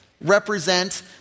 represent